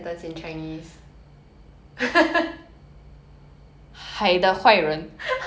I'm not asking you to translate the title asking you to summarize the plot